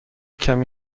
کمی